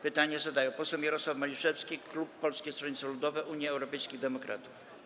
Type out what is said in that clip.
Pytanie zadaje poseł Mirosław Maliszewski, klub Polskiego Stronnictwa Ludowego - Unii Europejskich Demokratów.